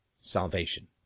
salvation